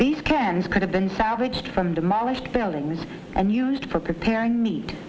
cams could have been salvaged from demolished buildings and used for preparing meat